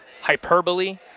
hyperbole